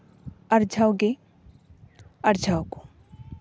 ᱟᱨᱡᱟᱣ ᱜᱮ ᱟᱨᱡᱟᱣ ᱟᱠᱚ